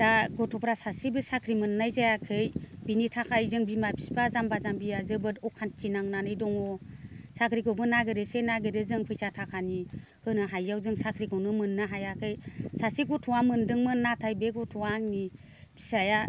दा गथ'फ्रा सासेबो साख्रि मोननाय जायाखै बिनि थाखाय जों बिमा बिफा जाम्बा जाम्बिया जोबोद अखान्थि नांनानै दङ साख्रिखौबो नागेरोसो नागेरो जों फैसा थाखानि होनो हायैयाव जों साख्रिखौनो मोननो हायाखै सासे गथ'आ मोनदोंमोन नाथाय बे गथ'आ आंनि फिसाया